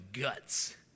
guts